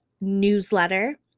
newsletter